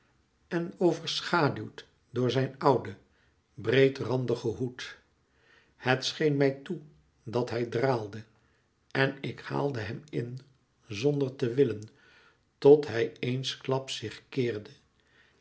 en overschaduwd door zijn ouden breedrandigen hoed het scheen mij toe dat hij draalde en ik haalde hem in zonder te willen tot hij eensklaps zich keerde